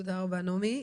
תודה רבה, נעמי.